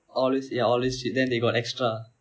always ya always cheap then they got extra